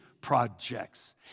projects